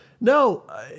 No